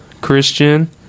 Christian